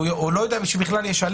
הוא בכלל לא יודע שיש הליך.